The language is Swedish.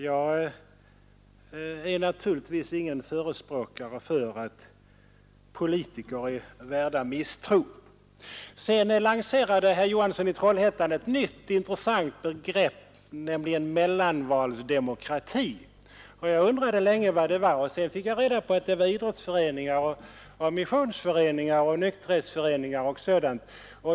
Jag är naturligtvis ingen förespråkare för att politiker är värda misstro. Herr Johansson lanserade ett nytt intressant begrepp, nämligen mellanvalsdemokrati. Jag undrade länge vad det var, och sedan fick jag reda på att det var idrottsföreningar, missionsföreningar och nykterhetsföreningar etc.